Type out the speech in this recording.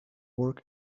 work